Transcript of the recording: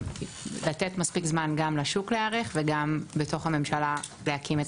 אבל לתת מספיק זמן גם לשוק להיערך וגם בתוך הממשלה להקים את